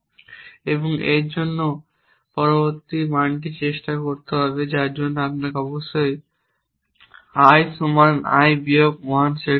এবং এর জন্য পরবর্তী মানটি চেষ্টা করতে হবে যার অর্থ আপনাকে অবশ্যই i সমান i বিয়োগ 1 সেট করতে হবে